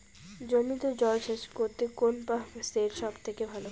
জমিতে জল সেচ করতে কোন পাম্প সেট সব থেকে ভালো?